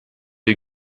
you